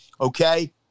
okay